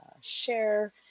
share